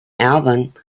album